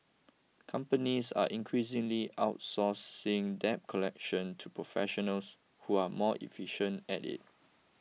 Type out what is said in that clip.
companies are increasingly outsourcing debt collection to professionals who are more efficient at it